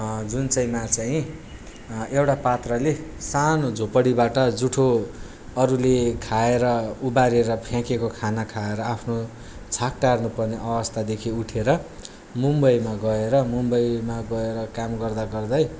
जुन चाहिँ मा चाहिँ एउटा पात्रले सानो झोपडीबाट जुठो अरूले खाएर उबारेर फ्याँकेको खाना खाएर आफ्नो छाक टार्नु पर्ने अवस्थादेखि उठेर मुम्बईमा गएर मुम्बईमा गएर काम गर्दा गर्दै